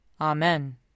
Amen